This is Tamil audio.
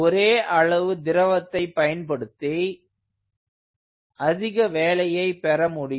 ஒரே அளவு திரவத்தை பயன்படுத்தி அதிக வேலையை பெற முடியும்